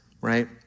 right